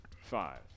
Five